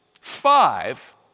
five